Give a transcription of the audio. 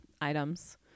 items